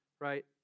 right